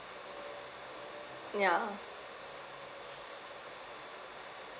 yeah